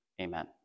amen